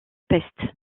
peste